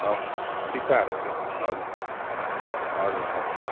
हजुर टिस्टाहरू त्यो हजुर हजुर